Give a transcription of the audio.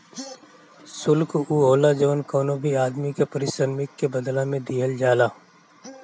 शुल्क उ होला जवन कवनो भी आदमी के पारिश्रमिक के बदला में दिहल जाला